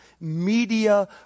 media